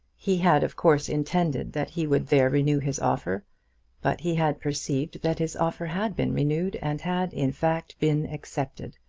he had of course intended that he would there renew his offer but he had perceived that his offer had been renewed, and had, in fact, been accepted,